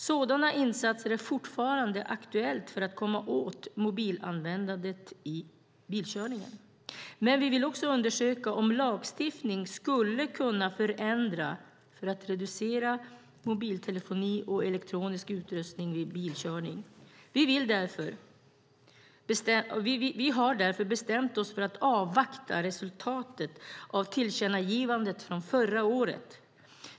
Sådana insatser är fortfarande aktuella för att komma åt mobilanvändandet vid bilkörning. Men vi vill också undersöka om lagstiftning skulle kunna förändra och reducera användandet av mobiltelefoni och elektronisk utrustning vid bilkörning. Vi har därför bestämt oss för att avvakta resultatet av tillkännagivandet från förra året.